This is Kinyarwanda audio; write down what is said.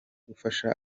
gufasha